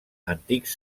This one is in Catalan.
antics